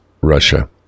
Russia